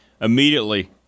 immediately